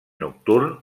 nocturn